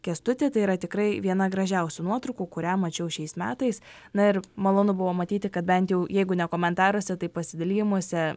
kęstutį tai yra tikrai viena gražiausių nuotraukų kurią mačiau šiais metais na ir malonu buvo matyti kad bent jau jeigu ne komentaruose tai pasidalijimuose